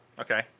Okay